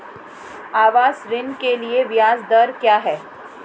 आवास ऋण के लिए ब्याज दर क्या हैं?